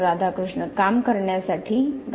राधाकृष्ण काम करण्यासाठी डॉ